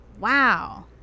Wow